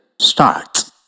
start